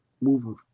moving